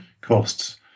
costs